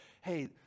hey